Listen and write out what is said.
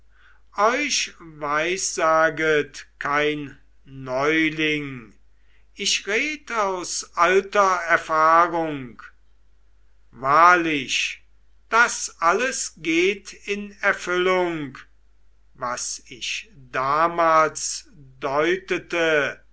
euch weissaget kein neuling ich red aus alter erfahrung wahrlich das alles geht in erfüllung was ich ihm damals